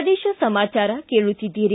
ಪ್ರದೇಶ ಸಮಾಚಾರ ಕೇಳುತ್ತಿದ್ದೀರಿ